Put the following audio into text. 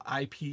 IP